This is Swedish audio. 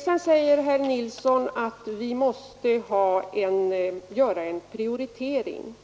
Vidare anser herr Nilsson att vi måste göra en prioritering,